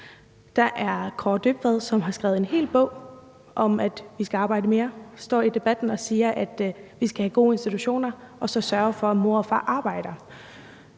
der er Kaare Dybvad Bek, som har skrevet en hel bog om, at vi skal arbejde mere. Han står i tv-programmet Debatten og siger, at vi skal have gode institutioner og så sørge for, at mor og far arbejder.